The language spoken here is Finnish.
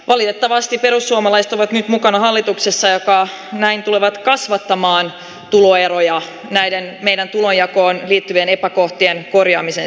valitettavasti perussuomalaiset ovat mukana hallituksessa jatkaa näin tulevat kasvattamaan tuloeroja näiden meidän tulojakoon liittyvien epäkohtien korjaamisen